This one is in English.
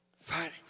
fighting